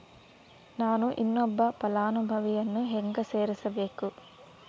ನಾನು ಇನ್ನೊಬ್ಬ ಫಲಾನುಭವಿಯನ್ನು ಹೆಂಗ ಸೇರಿಸಬೇಕು?